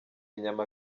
inyama